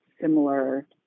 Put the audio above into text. similar